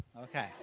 Okay